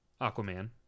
Aquaman